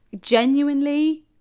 genuinely